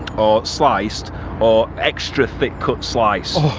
sliced or extra thick cut sliced